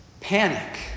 panic